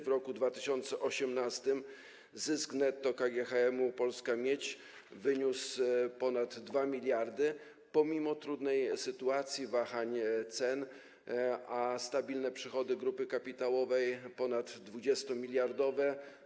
W roku 2018 zysk netto KGHM Polska Miedź wyniósł ponad 2 mld pomimo trudnej sytuacji, wahań cen, a stabilne przychody grupy kapitałowej - ponad 20 mld.